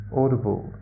audible